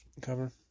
cover